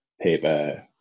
paper